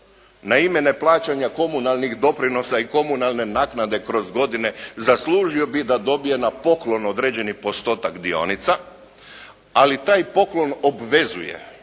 na ime neplaćanja komunalnih doprinosa i komunalne naknade kroz godine, zaslužio bi da dobije na poklon određeni postotak dionica, ali taj poklon obvezuje